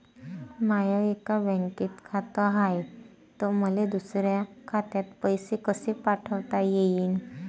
माय एका बँकेत खात हाय, त मले दुसऱ्या खात्यात पैसे कसे पाठवता येईन?